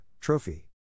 Trophy